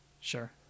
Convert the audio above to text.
sure